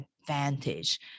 advantage